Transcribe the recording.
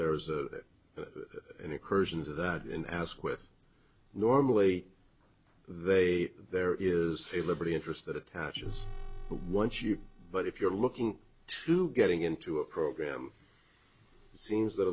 bit that incursions of that in ask with normally they there is a liberty interest that attaches once you but if you're looking to getting into a program it seems that